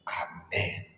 amen